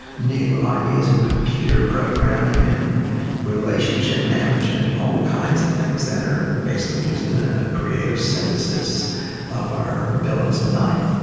new ideas in computer programming and relationship management, all kinds of things that are and basically using a creative synthesis of our abilities at night.